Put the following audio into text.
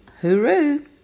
hooroo